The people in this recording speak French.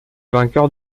vainqueur